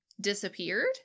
disappeared